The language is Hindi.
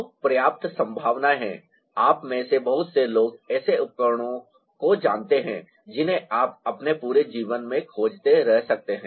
तो पर्याप्त संभावनाएं हैं आप में से बहुत से लोग ऐसे उपकरणों को जानते हैं जिन्हें आप अपने पूरे जीवन में खोजते रह सकते हैं